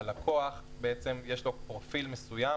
הלקוח, יש לו פרופיל מסוים,